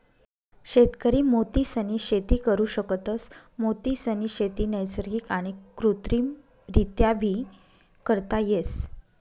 शेतकरी मोतीसनी शेती करु शकतस, मोतीसनी शेती नैसर्गिक आणि कृत्रिमरीत्याबी करता येस